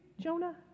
Jonah